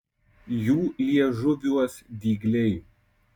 jų liežuviuos dygliai